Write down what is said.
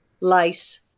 lice